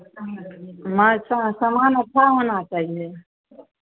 नहीं अच्छा सामान अच्छा होना चाहिए